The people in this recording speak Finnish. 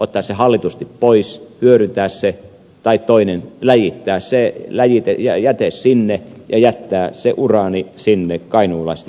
ottaa se hallitusti pois ja hyödyntää se tai toinen vaihtoehto läjittää se jäte sinne ja jättää se uraani sinne kainuulaisten keskelle